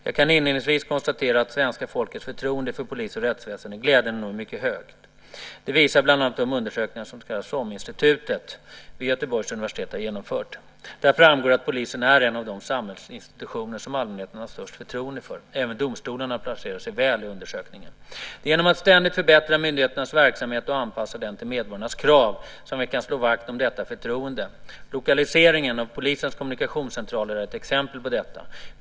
Jag kan inledningsvis konstatera att svenska folkets förtroende för polis och rättsväsende glädjande nog är mycket högt. Det visar bland annat de undersökningar som det så kallade SOM-institutet, Samhälle Opinion Massmedia, vid Göteborgs universitet har genomfört. Där framgår att polisen är en av de samhällsinstitutioner som allmänheten har störst förtroende för. Även domstolarna placerar sig väl i undersökningen. Det är genom att ständigt förbättra myndigheternas verksamhet och anpassa den till medborgarnas krav som vi kan slå vakt om detta förtroende. Lokaliseringen av polisens kommunikationscentraler är ett exempel på detta.